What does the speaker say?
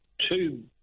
two